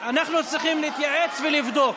אנחנו צריכים להתייעץ ולבדוק.